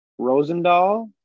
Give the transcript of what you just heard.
Rosendahl